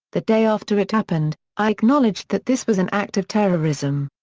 the day after it happened, i acknowledged that this was an act of terrorism.